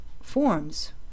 forms